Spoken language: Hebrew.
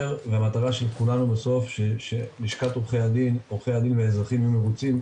והמטרה של כולנו בסוף שעורכי הדין והאזרחים יהיו מרוצים,